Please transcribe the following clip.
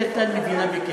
הכנסת בדרך כלל מבינה בכסף.